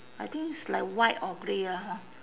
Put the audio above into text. I think it's like white or grey lah ha